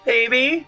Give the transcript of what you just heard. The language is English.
Baby